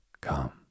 Come